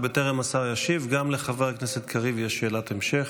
ובטרם השר ישיב, גם לחבר הכנסת קריב יש שאלת המשך.